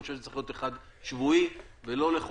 אני חושב שהוא צריך להיות שבועי ולא לחודש,